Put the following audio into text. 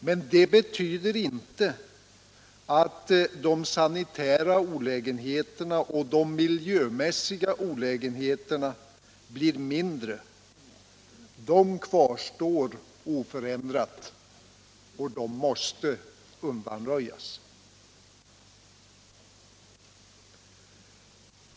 Men det betyder inte att de sanitära och miljömässiga olägenheterna blir mindre. De kvarstår oförändrade, och de måste undanröjas.